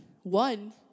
one